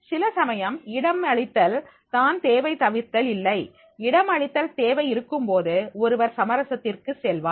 சில சமயம் இடம் அளித்தல் தான் தேவை தவிர்த்தல் இல்லை இடம் அளித்தல் தேவை இருக்கும்போது ஒருவர் சமரசத்திற்கு செல்வார்